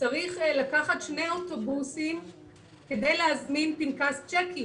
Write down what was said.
צריך לקחת שני אוטובוסים כדי להזמין פנקס שיקים.